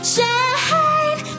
Shine